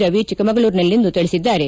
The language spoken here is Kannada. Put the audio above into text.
ರವಿ ಚಿಕ್ಕಮಗಳೂರಿನಲ್ಲಿಂದು ತಿಳಿಸಿದ್ದಾರೆ